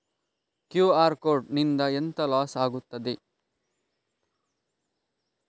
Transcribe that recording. QR code ನಿಂದ ಎಂತ loss ಆಗ್ತದೆ?